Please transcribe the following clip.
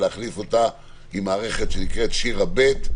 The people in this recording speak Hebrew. ולהחליף אותה עם מערכת שנקראת שיר"ה ב'.